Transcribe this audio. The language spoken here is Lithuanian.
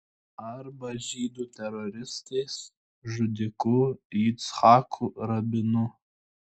arba žydų teroristais žudiku yitzhaku rabinu